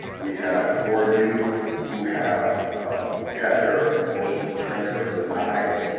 we have four youth who have had their motions to transfer denied.